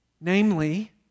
namely